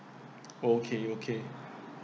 okay okay